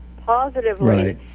positively